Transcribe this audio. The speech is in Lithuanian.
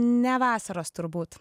ne vasaros turbūt